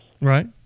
right